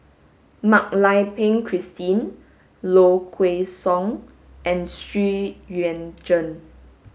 Mak Lai Peng Christine Low Kway Song and Xu Yuan Zhen